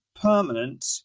permanent